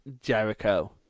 Jericho